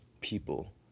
people